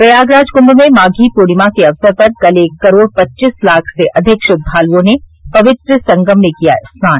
प्रयागराज कुंभ में माधी पूर्णिमा के अवसर पर कल एक करोड़ पच्चीस लाख से अधिक श्रद्वालुओं ने पवित्र संगम में किया स्नान